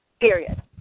period